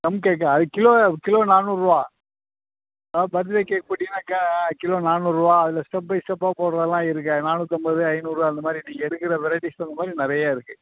plum கேக்கா அது kilo kilo நானூறுரூவா அதாவது பர்த் டே கேக் போட்டீங்கன்னாக்கா கிலோ நானூறுரூவா அதில் ஸ்டெப் பை ஸ்டெப்பா போடுறதுலாம் இருக்குது அது நானூற்றம்பது ஐந்நூறு அந்த மாதிரி நீங்கள் எடுக்கிற வெரைட்டிஸ் தகுந்த மாதிரி நிறைய இருக்குது